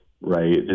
right